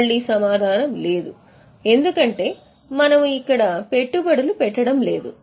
మళ్ళీ సమాధానం "లేదు" ఎందుకంటే మనము ఇక్కడ పెట్టుబడులు పెట్టడం లేదు